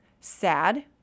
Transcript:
sad